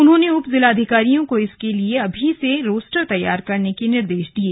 उन्होंने उपजिलाधिकारियों को इसके लिए अभी से रोस्टर तैयार करने के निर्देश दिये